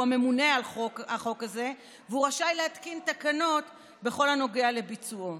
שהוא הממונה על החוק הזה והוא רשאי להתקין תקנות בכל הנוגע לביצועו.